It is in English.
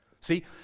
See